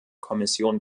kommission